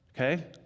Okay